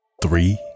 Three